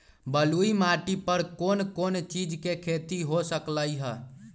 बलुई माटी पर कोन कोन चीज के खेती हो सकलई ह?